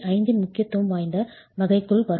5 இன் முக்கியத்துவம் வாய்ந்த வகைக்குள் வரும்